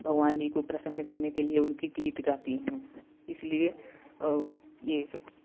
भगवान जी को प्रसन्न करने के लिए उनकी गीत गाती हैं इसलिए ये सब